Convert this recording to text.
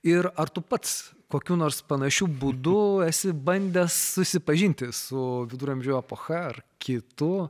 ir ar tu pats kokiu nors panašiu būdu esi bandęs susipažinti su viduramžių epocha ar kitu